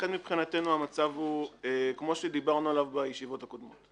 לכן מבחינתנו המצב הוא כמו שדיברנו עליו בישיבות הקודמות.